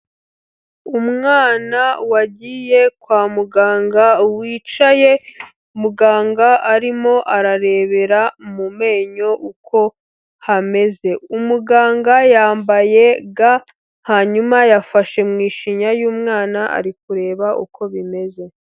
Umwana wagiye kwa muganga, wicaye muganga arimo ararebera mu menyo uko hameze. Umuganga yambaye ga, hanyuma yafashe mu ishinya y'umwana ari kureba uko bimeze.